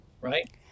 right